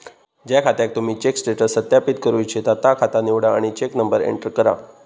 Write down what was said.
ज्या खात्याक तुम्ही चेक स्टेटस सत्यापित करू इच्छिता ता खाता निवडा आणि चेक नंबर एंटर करा